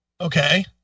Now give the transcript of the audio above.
Okay